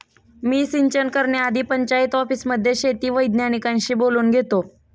मी सिंचन करण्याआधी पंचायत ऑफिसमध्ये शेती वैज्ञानिकांशी बोलून घेतो